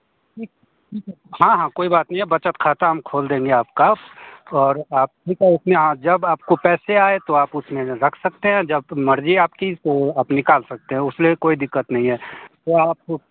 हाँ हाँ कोई बात नहीं है बचत खाता हम खोल देंगे आपका और आप ठीक है उसमें जब आपको पैसे आए तो आप उसमें रख सकते हैं जब मर्ज़ी आपकी तो आप निकाल सकते हैं उसमें कोई दिक्कत नहीं है तो आप